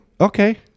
Okay